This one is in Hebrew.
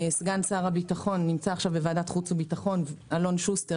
סגן שר הביטחון אלון שוסטר,